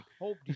hope